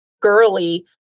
girly